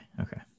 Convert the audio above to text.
Okay